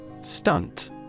Stunt